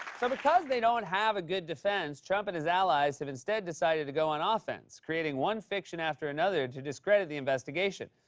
so, because they don't have a good defense, trump and his allies have instead decided to go on ah offense, creating one fiction after another to discredit the investigation.